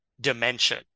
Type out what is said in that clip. dimension